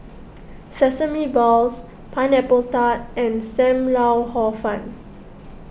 Sesame Balls Pineapple Tart and Sam Lau Hor Fun